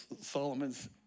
Solomon's